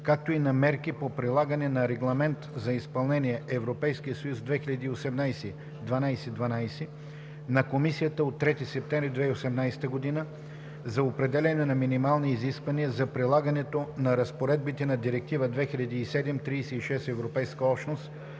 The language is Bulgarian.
както и на мерки по прилагането на Регламент за изпълнение (ЕС) 2018/1212 на Комисията от 3 септември 2018 г. за определяне на минимални изисквания за прилагането на разпоредбите на Директива 2007/36/ЕО на Европейския